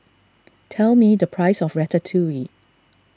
tell me the price of Ratatouille